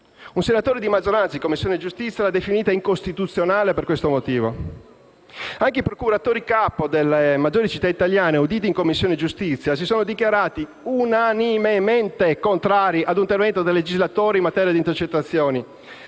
Un senatore di maggioranza in Commissione giustizia l'ha definita «incostituzionale» per lo stesso motivo. Anche i procuratori capo delle maggiori città italiane, auditi in Commissione, si sono dichiarati unanimemente contrari a un intervento del legislatore in materia di intercettazioni,